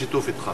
בשיתוף אתך.